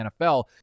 NFL